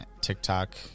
TikTok